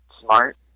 smart